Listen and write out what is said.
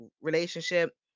relationship